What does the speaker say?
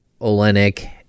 Olenek